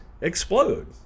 explode